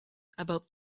about